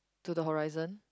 to the horizon